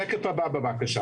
היום